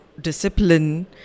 discipline